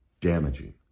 damaging